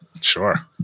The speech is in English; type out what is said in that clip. Sure